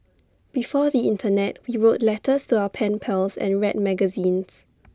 before the Internet we wrote letters to our pen pals and read magazines